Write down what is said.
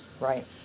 Right